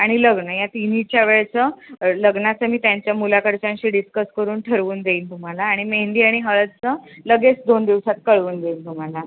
आणि लग्न या तिन्हीच्या वेळचं लग्नाचं मी त्यांच्या मुलाकडच्यांशी डिस्कस करून ठरवून देईन तुम्हाला आणि मेहंदी आणि हळदचं लगेच दोन दिवसात कळवून देईन तुम्हाला